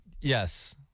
Yes